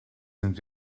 sind